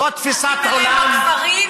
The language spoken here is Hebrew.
זו תפיסת עולם, אתה יודע, עליהם בכפרים?